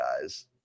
guys